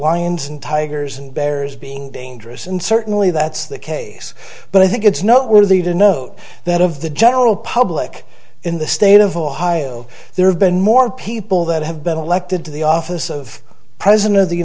winds and tigers and bears being dangerous and certainly that's the case but i think it's noteworthy to note that of the general public in the state of ohio there have been more people that have been elected to the office of president of the